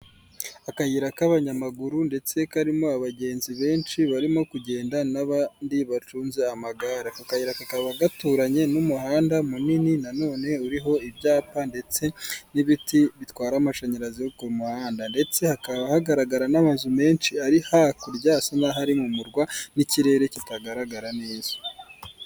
Akayira k'abanyamaguru ndetse karimo abagenzi benshi barimo kugenda n'abandi bacunze amagare, aka kayira gaturanye n'umuhanda munini nanone uriho ibyapa ndetse n'ibiti bitwara amashanyarazi ku muhanda, ndetse hakaba hagaragara n'amazu menshi ari hakurya, asa naho ari mu murwa, n'ikirere kitagaragara neza.